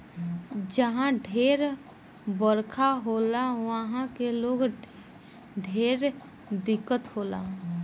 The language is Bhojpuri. जहा ढेर बरखा होला उहा के लोग के ढेर दिक्कत होला